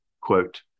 quote